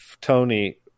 Tony